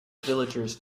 villagers